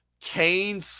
Kane